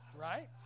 Right